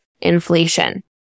inflation